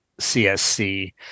csc